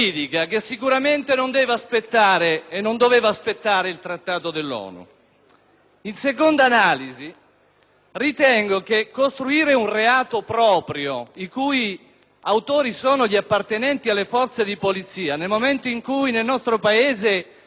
In seconda analisi, ritengo che costruire un reato proprio per autori che siano appartenenti alle Forze di polizia, in un momento in cui nel nostro Paese registriamo la commissione di gravissimi reati, sia non solo ingiusto e improprio,